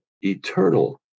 eternal